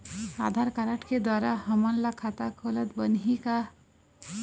आधार card के द्वारा हमन ला खाता खोलत बनही का?